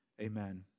Amen